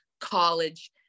college